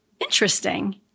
Interesting